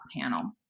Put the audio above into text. panel